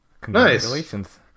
congratulations